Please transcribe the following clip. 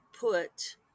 put